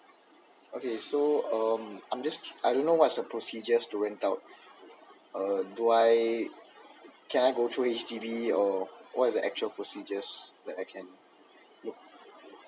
okay so um I'm just I don't know what's the procedure to rent out uh do I can I go through H_D_B or what is the actual procedures that I can look